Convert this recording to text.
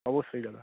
অবশ্যই দাদা